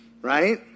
right